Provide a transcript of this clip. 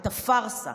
את הפארסה,